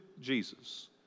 Jesus